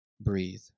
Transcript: breathe